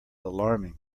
alarming